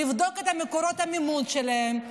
לבדוק את מקורות המימון שלהם,